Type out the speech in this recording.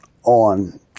on